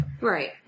Right